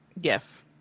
Yes